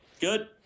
Good